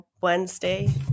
Wednesday